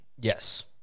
Yes